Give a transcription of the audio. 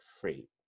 free